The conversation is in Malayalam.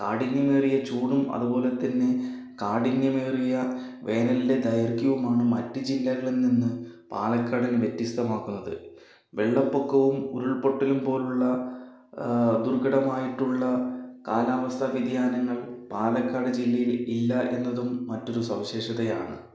കാഠിന്യമേറിയ ചൂടും അതുപോലെത്തന്നെ കാഠിന്യമേറിയ വേനലിൻ്റെ ദൈർഘ്യവുമാണ് മറ്റു ജില്ലകളിൽ നിന്ന് പാലക്കാടിനെ വ്യത്യസ്തമാക്കുന്നത് വെള്ളപ്പൊക്കവും ഉരുൾ പൊട്ടലും പോലുള്ള ദുർഘടമായിട്ടുള്ള കാലാവസ്ഥ വ്യതിയാനങ്ങൾ പാലക്കാട് ജില്ലയിൽ ഇല്ല എന്നതും മറ്റൊരു സവിശേഷതയാണ്